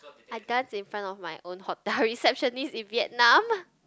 I dance in front of my own hotel receptionist in Vietnam